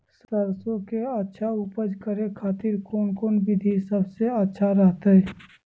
सरसों के अच्छा उपज करे खातिर कौन कौन विधि सबसे अच्छा रहतय?